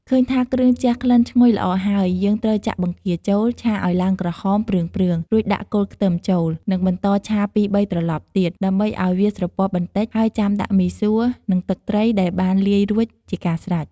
ឃើញថាគ្រឿងជះក្លិនឈ្ញុយល្អហើយ យើងត្រូវចាក់បង្គាចូល ឆាឲ្យឡើងក្រហមព្រឿងៗ រួចដាក់គល់ខ្ទឹមចូល និងបន្តឆាពីរបីត្រឡប់ទៀត ដើម្បីឱ្យវាស្រពាប់បន្តិច ហើយចាំដាក់មីសួរ និងទឹកត្រីដែលបានលាយរួចជាការស្រេច។